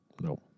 No